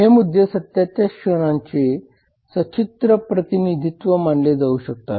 हे मुद्दे सत्याच्या क्षणांचे सचित्र प्रतिनिधित्व मानले जाऊ शकतात